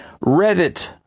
Reddit